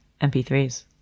mp3s